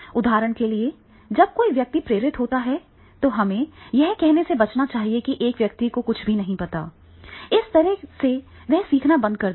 उदाहरण के लिए जब कोई व्यक्ति प्रेरित होता है तो हमें यह कहने से बचना चाहिए कि एक व्यक्ति को कुछ भी पता नहीं है इस तरह वह सीखना बंद कर देगा